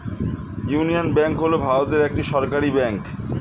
union Bank হল ভারতের একটি সরকারি ব্যাঙ্ক